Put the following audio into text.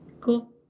cool